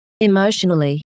emotionally